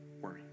worry